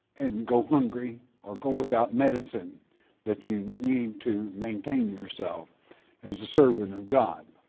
and go hungry or go without medicine that you need to maintain yourself as a servant of god.